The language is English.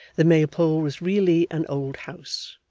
the maypole was really an old house,